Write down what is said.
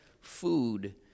food